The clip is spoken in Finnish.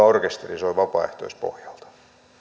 orkesteri soi vapaaehtoispohjalta